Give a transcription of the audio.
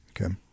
Okay